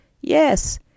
Yes